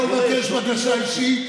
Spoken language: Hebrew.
אבל סליחה, אדוני היושב-ראש,